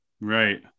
Right